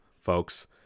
folks